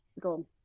Go